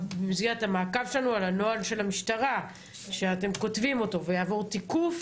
במסגרת המעקב שלנו על הנוהל של המשטרה שאתם כותבים אותו ויעבור תיקוף.